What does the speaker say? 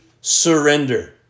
surrender